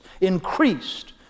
increased